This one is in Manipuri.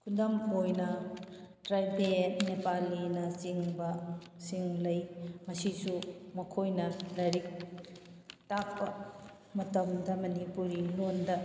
ꯈꯨꯗꯝ ꯑꯣꯏꯅ ꯇꯔꯥꯏꯕꯦꯜ ꯅꯦꯄꯥꯂꯤꯅ ꯆꯤꯡꯕ ꯁꯤꯡ ꯂꯩ ꯃꯁꯤꯁꯨ ꯃꯈꯣꯏꯅ ꯂꯥꯏꯔꯤꯛ ꯇꯥꯛꯄ ꯃꯇꯝꯗ ꯃꯅꯤꯄꯨꯔꯤ ꯂꯣꯟꯗ